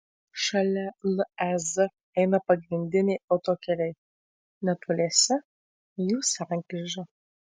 šalia lez eina pagrindiniai autokeliai netoliese jų sankryža